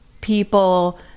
people